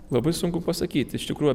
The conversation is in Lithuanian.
labai sunku pasakyti iš tikrųjų